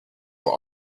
but